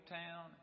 town